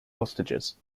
hostages